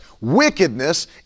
Wickedness